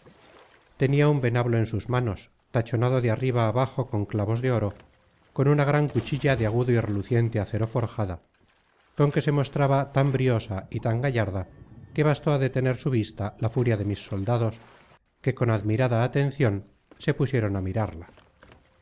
nia un venablo en sus manos tachonado de arriba abajo con clavos de oro con una gran cuchilla de agudo y luciente acero forjada con que se mostraba tan briosa y tan gallarda que bastó á detener su vista la furia de mis soldados que con admirada atencion se pusieron a mirarla